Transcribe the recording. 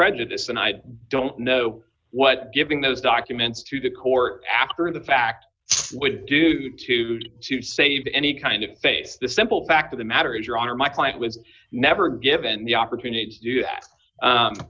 prejudice and i don't know what giving those documents to the court after the fact would do to try to save any kind of faith the simple fact of the matter is your honor my client was never given the opportunity